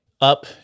up